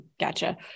Gotcha